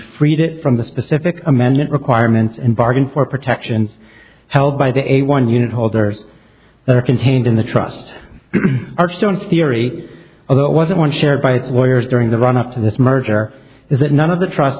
freed it from the specific amendment requirements and bargain for protections held by the eighty one unit holders that are contained in the trust archstone theory although it wasn't one shared by it well years during the run up to this merger is that none of the trust